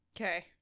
Okay